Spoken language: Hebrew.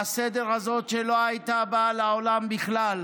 שלא הייתה באה לעולם בכלל,